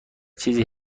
چیزی